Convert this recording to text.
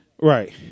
right